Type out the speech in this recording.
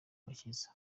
agakiza